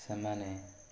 ସେମାନେ